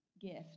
gift